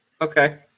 okay